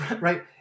right